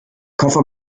koffer